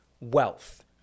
wealth